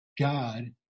God